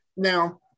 Now